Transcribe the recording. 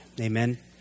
Amen